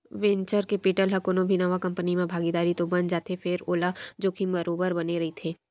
venture capital ह कोनो भी नवा कंपनी म भागीदार तो बन जाथे फेर ओला जोखिम बरोबर बने रहिथे